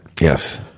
Yes